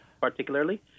particularly